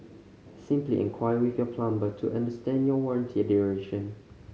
simply enquire with your plumber to understand your warranty duration